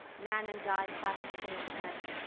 nan and di clasped each others' hands.